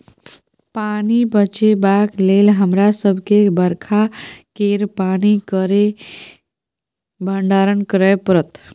पानि बचेबाक लेल हमरा सबके बरखा केर पानि केर भंडारण करय परत